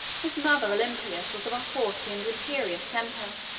his mother olympias was of a haughty and imperious temper,